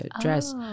dress